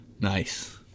Nice